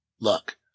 look